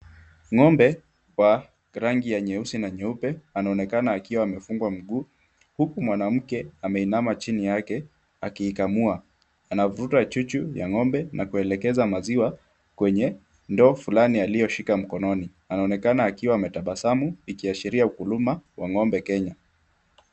Ng'ombe wa rangi ya nyeusi na nyeupe anaonekana akiwa amefungwa mguu, huku mwanamke ameinama chini yake akiikamua. Anavuruta chuchu ya ng'ombe na kuelekeza maziwa kwenye ndoo fulani aliyoshika mkononi. Anaonekana akiwa ametabasamu akiashiria huduma wa ng'ombe Kenya.